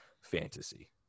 fantasy